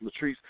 Latrice